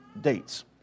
dates